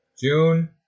June